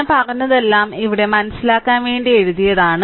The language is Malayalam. ഞാൻ പറഞ്ഞതെല്ലാം ഇവിടെ മനസ്സിലാക്കാൻ വേണ്ടി എഴുതിയതാണ്